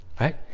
right